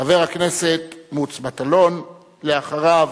חבר הכנסת מוץ מטלון, אחריו,